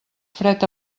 fred